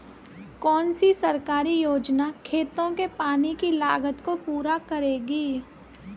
कौन सी सरकारी योजना खेतों के पानी की लागत को पूरा करेगी?